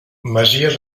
masia